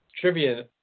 trivia